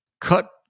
cut